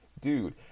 Dude